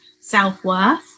self-worth